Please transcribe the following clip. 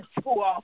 school